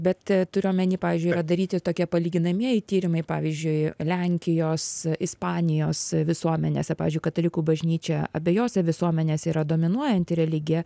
bet turiu omeny pavyzdžiui yra daryti tokie palyginamieji tyrimai pavyzdžiui lenkijos ispanijos visuomenėse pavyzdžiui katalikų bažnyčia abejose visuomenėse yra dominuojanti religija